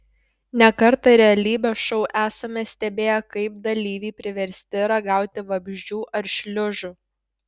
ne kartą realybės šou esame stebėję kaip dalyviai priversti ragauti vabzdžių ar šliužų